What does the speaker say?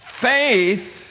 faith